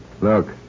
Look